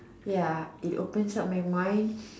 ya it opens up my mind